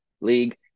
League